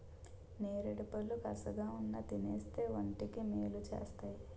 నేరేడుపళ్ళు కసగావున్నా తినేస్తే వంటికి మేలు సేస్తేయ్